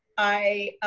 i,